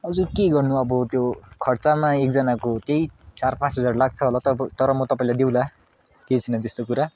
हजुर के गर्नु अब त्यो खर्चमा एकजनाको त्यही चार पाँच हजार लाग्छ होला तबो तर म तपाईँलाई दिउँला केही छैन त्यस्तो कुरा